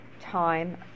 time